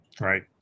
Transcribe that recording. Right